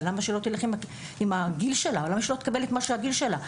אבל למה שהיא לא תלך עם הגיל שלה ותקבל את מה שמגיע לה לפי הגיל שלה?